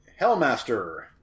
Hellmaster